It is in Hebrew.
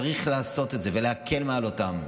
צריך לעשות את זה ולהקל עליהם.